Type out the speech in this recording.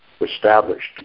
established